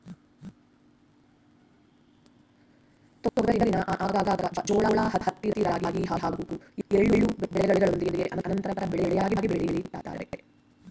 ತೊಗರಿನ ಆಗಾಗ ಜೋಳ ಹತ್ತಿ ರಾಗಿ ಹಾಗೂ ಎಳ್ಳು ಬೆಳೆಗಳೊಂದಿಗೆ ಅಂತರ ಬೆಳೆಯಾಗಿ ಬೆಳಿತಾರೆ